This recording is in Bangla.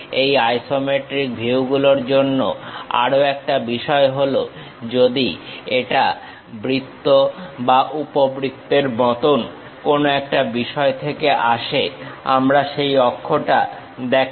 এই আইসোমেট্রিক ভিউগুলোর জন্য আরো একটা বিষয় হলো যদি এটা বৃত্ত বা উপবৃত্তের মতন কোন একটা বিষয় থেকে আসে আমরা সেই অক্ষটা দেখাই